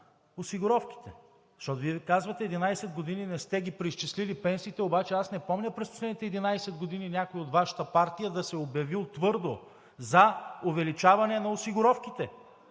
осигуровките. Защото Вие казвате: 11 години не сте ги преизчислили пенсиите, обаче аз не помня през последните 11 години някой от Вашата партия да се е обявил твърдо за увеличаване на осигуровките.